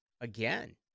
again